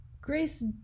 grace